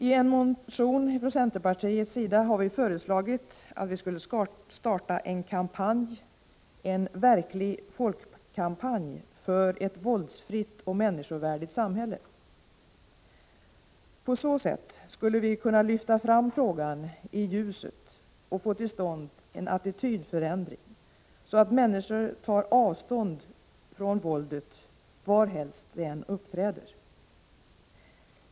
I en motion från centerpartiet har vi föreslagit att vi skulle starta en kampanj, en verklig folkkampanj, för ett våldsfritt och människovärdigt samhälle. På så sätt skulle vi kunna lyfta fram frågan i ljuset och få till stånd en attitydförändring, så att människor tar avstånd från våldet varhelst det uppträder.